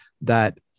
that-